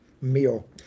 meal